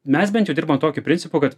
mes bent dirba tokiu principu kad